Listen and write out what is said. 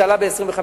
זה עלה ב-25%,